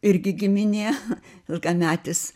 irgi giminė ilgametis